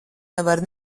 nevar